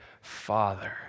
Father